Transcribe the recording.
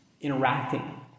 interacting